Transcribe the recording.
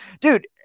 dude